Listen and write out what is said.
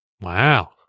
wow